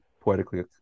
poetically